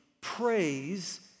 praise